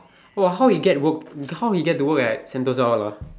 !wah! how he get work how he get to work at Sentosa all ah